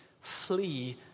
flee